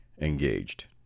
engaged